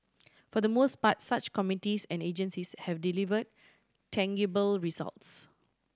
for the most part such committees and agencies have deliver tangible results